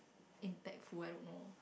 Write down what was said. impactful I don't know